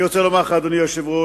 אני רוצה לומר לך, אדוני היושב-ראש,